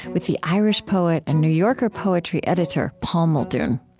with the irish poet and new yorker poetry editor paul muldoon.